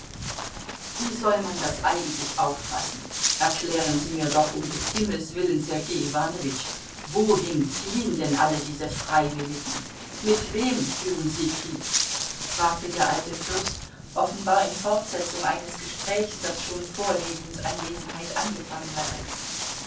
wie soll man das eigentlich auffassen erklären sie mir doch um des himmels willen sergei iwanowitsch wohin ziehen denn alle diese freiwilligen mit wem führen sie krieg fragte der alte fürst offenbar in fortsetzung eines gesprächs das schon vor ljewins anwesenheit angefangen hatte